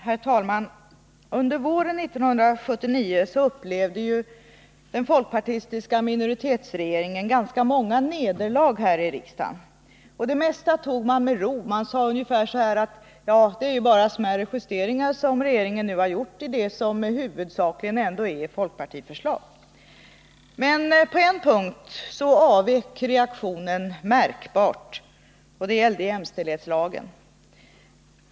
Herr talman! Under våren 1979 upplevde ju den folkpartistiska minoritetsregeringen ganska många nederlag här i riksdagen. Det mesta tog man med ro. Man sade ungefär så här: Ja, det är ju bara smärre justeringar som riksdagen nu har gjort i det som huvudsakligen ändå var folkpartiförslag. Men på en punkt avvek reaktionen märkbart, och det gällde jämställdhetslagen.